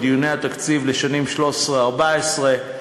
בדיוני התקציב לשנים 2013 2014,